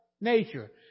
nature